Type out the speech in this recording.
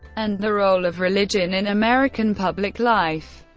and the role of religion in american public life.